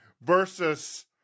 versus